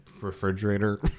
Refrigerator